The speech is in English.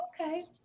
Okay